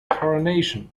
coronation